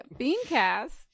beancast